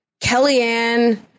Kellyanne